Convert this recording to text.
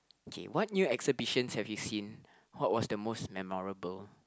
K what new exhibitions have you seen what was the most memorable